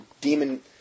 demon